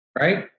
right